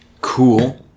cool